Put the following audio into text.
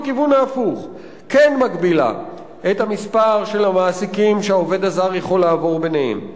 כן מגבילה את המספר של המעסיקים שהעובד הזר יכול לעבור ביניהם,